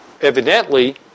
evidently